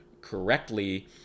correctly